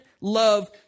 love